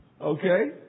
Okay